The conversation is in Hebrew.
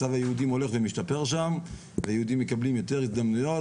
מצב היהודים הולך ומשתפר שם והיהודים מקבלים יותר הזדמנויות.